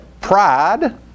pride